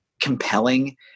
compelling